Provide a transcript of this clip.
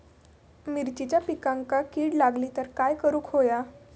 मिरचीच्या पिकांक कीड लागली तर काय करुक होया?